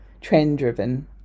trend-driven